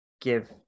give